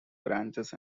branches